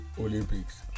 Olympics